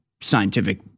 scientific